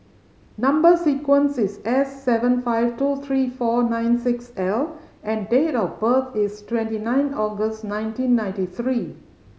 number sequence is S seven five two three four nine six L and date of birth is twenty nine August nineteen ninety three